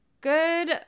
Good